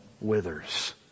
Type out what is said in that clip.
withers